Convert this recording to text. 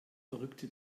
verrückte